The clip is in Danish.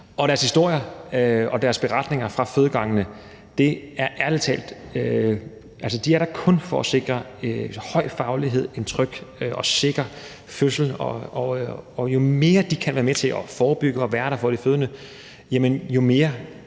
deres historier og deres beretninger fra fødegangene viser ærlig talt, at de kun er der for at sikre en høj faglighed, en tryg og sikker fødsel, og jo mere de kan være med til at forebygge og være der for de fødende,